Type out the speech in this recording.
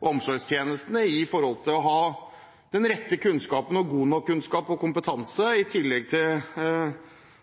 å ha den rette kunnskapen og god nok kunnskap og kompetanse, i tillegg til